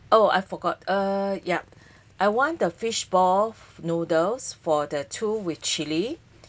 oh I forgot uh yup I want the fishball noodles for the two with chili